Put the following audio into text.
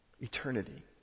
Eternity